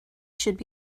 should